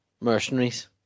mercenaries